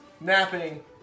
napping